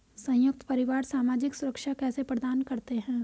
संयुक्त परिवार सामाजिक सुरक्षा कैसे प्रदान करते हैं?